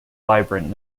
vibrant